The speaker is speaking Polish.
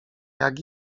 jak